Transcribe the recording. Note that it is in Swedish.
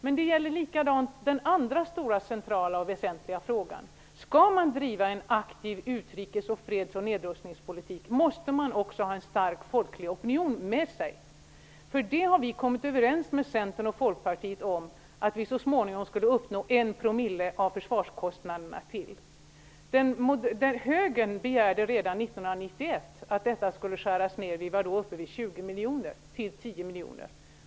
Det är likadant beträffande den andra stora centrala och väsentliga frågan. Skall man driva en aktiv utrikes-, freds och nedrustningspolitik måste man också ha en stark folklig opinion med sig. Vi socialdemokrater kom överens om med Centern och Folkpartiet att vi så småningom skulle uppnå en promille av försvarskostnaderna. Högern begärde redan 1991 att anslaget skulle skäras ned -- det var då uppe vid 20 miljoner -- till 10 miljoner.